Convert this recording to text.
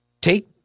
take